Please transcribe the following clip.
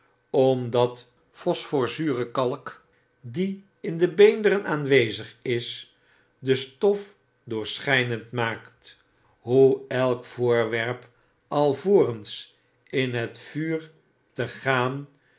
omdat de phosphorzure kalk die in beenderen aanwezig is de stof doorschynend maakt hoe elk voorwerp alvorens in het vuur te gaan